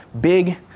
big